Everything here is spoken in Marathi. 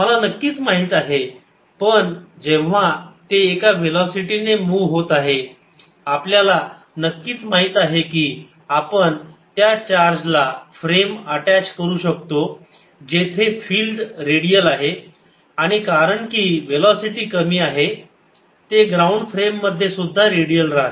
मला नक्कीच माहित आहे पण जेव्हा ते एका वेलोसिटीने मूव्ह होत आहे आपल्याला नक्कीच माहित आहे की आपण त्या चार्ज ला फ्रेम अटॅच करू शकतो जेथे फिल्ड रेडियल आहे आणि कारण की वेलोसिटी कमी आहे ते ग्राउंड फ्रेम मध्ये सुद्धा रेडियल राहते